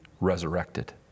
resurrected